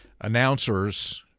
announcers –